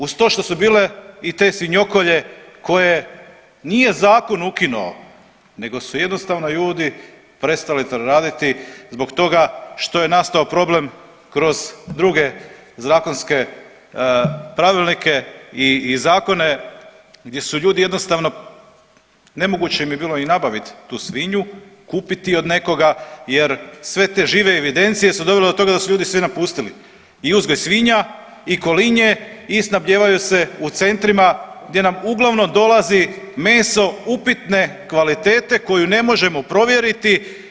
Uz to što su bile i te svinjokolje koje nije zakon ukinuo, nego su jednostavno ljudi prestali to raditi zbog toga što je nastao problem kroz druge zakonske pravilnike i zakone gdje su ljudi jednostavno nemoguće im je bilo i nabavit tu svinju, kupiti od nekoga jer sve te žive evidencije su dovele do toga da su ljudi svi napustili i uzgoj svinja i kolinje i snabdijevaju se u centrima gdje nam uglavnom dolazi meso upitne kvalitete koju ne možemo provjeriti.